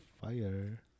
fire